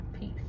Peace